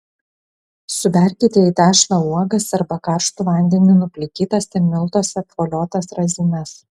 suberkite į tešlą uogas arba karštu vandeniu nuplikytas ir miltuose apvoliotas razinas